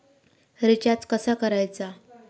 Recharge कसा करायचा?